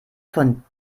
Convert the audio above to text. von